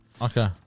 Okay